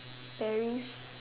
Paris